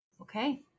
Okay